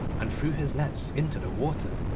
and threw his nets into the water.